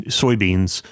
soybeans